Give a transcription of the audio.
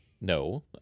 No